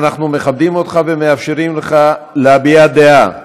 אנחנו מכבדים אותך ומאפשרים לך להביע דעה,